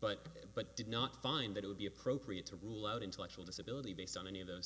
but but did not find that it would be appropriate to rule out intellectual disability based on any of those